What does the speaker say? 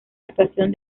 actuación